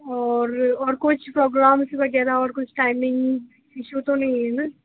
और और कुछ प्रोग्राम्स वगैरह और कुछ टाइमिंगस इशू तो नही हुई न